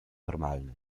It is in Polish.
normalny